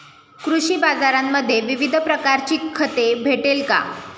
कृषी बाजारांमध्ये विविध प्रकारची खते भेटेल का?